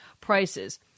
prices